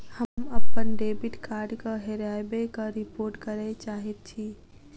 हम अप्पन डेबिट कार्डक हेराबयक रिपोर्ट करय चाहइत छि